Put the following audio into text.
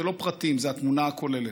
זה לא פרטים, זה התמונה הכוללת.